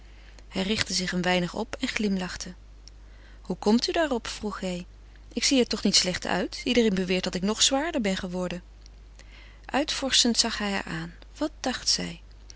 hij richtte zich een weinig op en glimlachte hoe komt u daarop vroeg hij ik zie er toch niet slecht uit iedereen beweert dat ik nog zwaarder ben geworden uitvorschend zag hij haar aan wat dacht zij